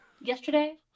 yesterday